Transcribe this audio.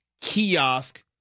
kiosk